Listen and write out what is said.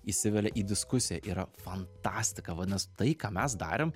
įsivelia į diskusiją yra fantastika vadinas tai ką mes darėm